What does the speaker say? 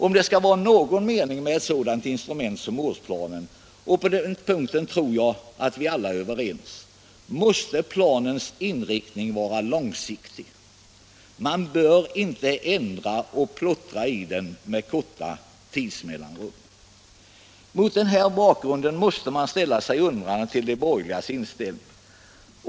Om det skall vara någon mening med ett sådant instrument som ortsplanen, måste planens inriktning vara långsiktig. Man bör inte ändra och plottra i den med korta tidsmellanrum. Mot denna bakgrund måste man ställa sig undrande inför de borgerligas inställning.